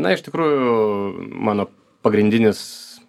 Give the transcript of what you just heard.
na iš tikrųjų mano pagrindinis